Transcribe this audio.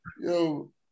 yo